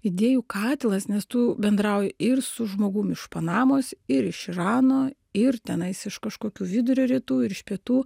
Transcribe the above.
idėjų katilas nes tu bendrauji ir su žmogum iš panamos ir iš irano ir tenais iš kažkokių vidurio rytų ir iš pietų